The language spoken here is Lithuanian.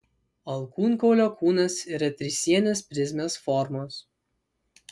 alkūnkaulio kūnas yra trisienės prizmės formos